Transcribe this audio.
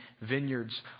vineyards